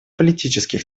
политических